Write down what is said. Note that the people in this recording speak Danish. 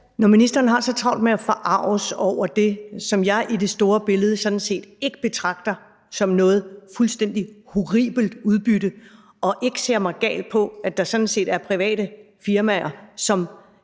Når ministeren har så travlt med at forarges over det, som jeg i det store billede sådan set ikke betragter som noget fuldstændig horribelt udbytte – jeg ser mig ikke gal på, at der sådan set er private firmaer, som